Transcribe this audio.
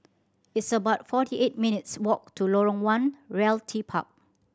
it's about forty eight minutes' walk to Lorong One Realty Park